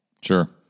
Sure